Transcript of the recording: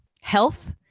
health